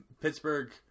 Pittsburgh